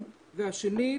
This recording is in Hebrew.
השני,